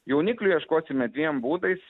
jauniklių ieškosime dviem būdais